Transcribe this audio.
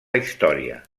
història